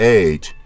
age